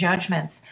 judgments